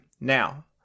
Now